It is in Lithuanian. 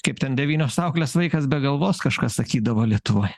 kaip ten devynios auklės vaikas be galvos kažkas sakydavo lietuvoj